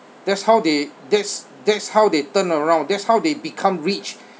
that's how they that's that's how they turn around that's how they become rich